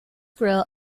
grille